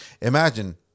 imagine